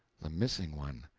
the missing one!